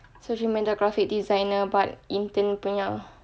so she macam graphic designer but in thing punya